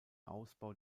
ausbau